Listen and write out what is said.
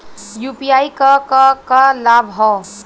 UPI क का का लाभ हव?